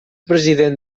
president